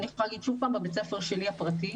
אני יכולה להגיד שבבית הספר הפרטי שלי